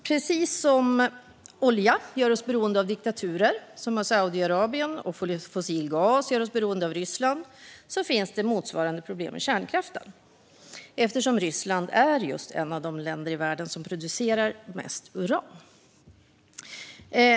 Precis som olja gör oss beroende av diktaturer som Saudiarabien och fossil gas gör oss beroende av Ryssland finns motsvarande problem med kärnkraften, eftersom Ryssland är ett av de länder i världen som producerar mest uran.